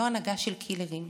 לא הנהגה של קילרים,